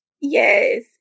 Yes